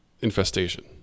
infestation